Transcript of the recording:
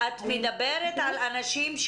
מר שפיגלר,